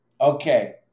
Okay